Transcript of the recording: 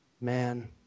Man